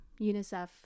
UNICEF